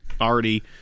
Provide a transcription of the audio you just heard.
already